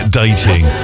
dating